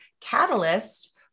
catalyst